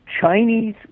Chinese